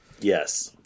Yes